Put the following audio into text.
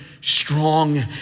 strong